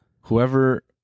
Whoever